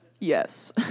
Yes